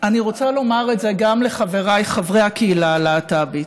רוצה לומר את זה גם לחבריי חברי הקהילה הלה"טבית.